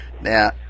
Now